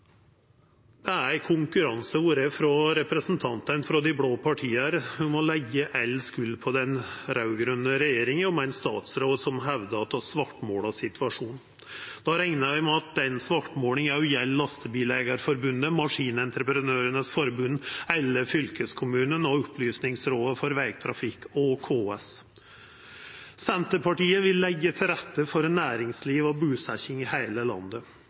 som er ei slags belønningsordning. Det har vore konkurranse mellom representantane frå dei blå partia om å leggja all skuld på den raud-grøne regjeringa – med ein statsråd som hevdar at me svartmålar situasjonen. Då reknar eg med at den svartmålinga òg gjeld Lastebileierforbundet, Maskinentreprenørenes Forbund, alle fylkeskommunane, Opplysningsrådet for Veitrafikk og KS. Senterpartiet vil leggja til rette for næringsliv og busetjing i heile landet.